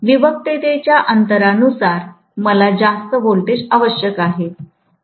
विभक्ततेच्या अंतरानुसार मला जास्त व्होल्टेज आवश्यक असेल